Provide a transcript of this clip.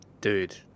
dude